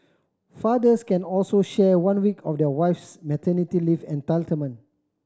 fathers can also share one week of their wife's maternity leave entitlement